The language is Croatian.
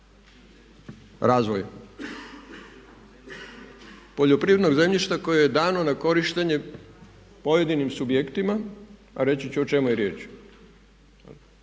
Razvoj poljoprivrednog zemljišta koje je dano na korištenje pojedinim subjektima a reći ću o čemu je riječ.